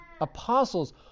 apostles